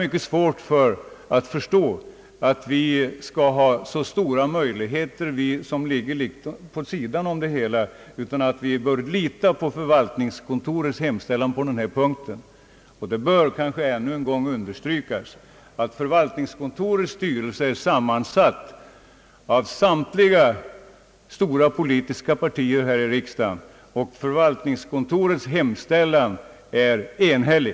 Det bör ännu en gång understrykas att styrelsen är sammansatt av representanter för samtliga stora politiska partier här i riksdagen och att styrelsens hemställan är enhällig.